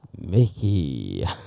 Mickey